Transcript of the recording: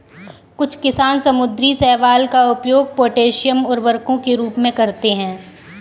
कुछ किसान समुद्री शैवाल का उपयोग पोटेशियम उर्वरकों के रूप में करते हैं